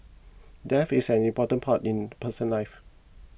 death is an important part in person's life